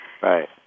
Right